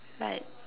like